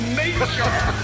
nature